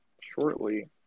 shortly